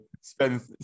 spend